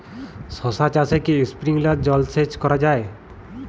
শশা চাষে কি স্প্রিঙ্কলার জলসেচ করা যায়?